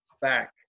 back